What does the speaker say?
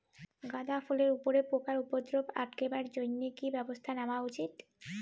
গাঁদা ফুলের উপরে পোকার উপদ্রব আটকেবার জইন্যে কি ব্যবস্থা নেওয়া উচিৎ?